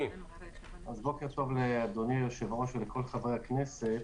בוקר טוב לאדוני היושב-ראש ולכל חברי הכנסת.